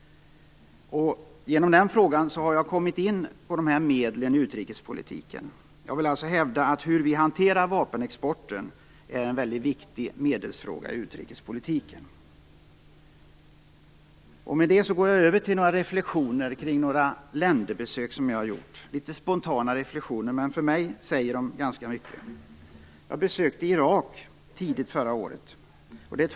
Genom den frågan har jag kommit in på det här med medlen i utrikespolitiken. Jag vill alltså hävda att hur vi hanterar vapenexporten är en väldigt viktig medelsfråga i utrikespolitiken. Med det går jag över till reflexioner omkring några besök som jag har gjort i olika länder. Det blir litet spontana reflexioner, men för mig säger de ganska mycket. Jag besökte Irak tidigt förra året.